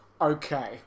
okay